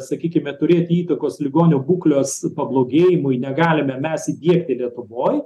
sakykime turėti įtakos ligonio būklės pablogėjimui negalime mes įdiegti lietuvoj